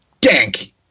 dank